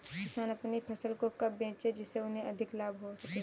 किसान अपनी फसल को कब बेचे जिसे उन्हें अधिक लाभ हो सके?